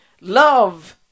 Love